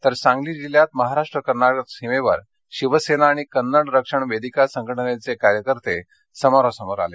तर सांगली जिल्ह्यात महाराष्ट्र कर्नाटक सीमेवर शिवसेना आणि कन्नड रक्षण वेदिका संघटनेचे कार्यकर्ते समोरासमोर आले